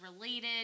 related